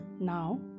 Now